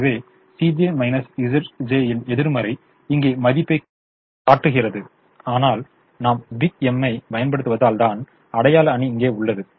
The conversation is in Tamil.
எனவே இன் எதிர்மறை இங்கே மதிப்பைக் காட்டுகிறது ஆனால் நாம் பிக் எம் ஐப் பயன்படுத்துவதால் தான் அடையாள அணி இங்கே உள்ளது